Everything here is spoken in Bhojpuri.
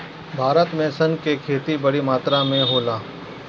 भारत में सन के खेती बड़ी मात्रा में होला